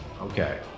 okay